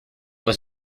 was